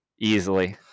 Easily